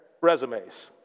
resumes